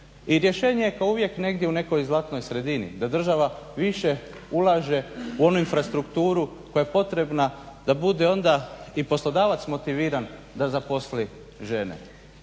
I rješenje je kao uvijek negdje u nekoj zlatnoj sredini, da država više ulaže u onu infrastrukturu koja je potrebna da bude onda i poslodavac motiviran da zaposli žene.